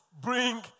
bring